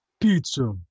Pizza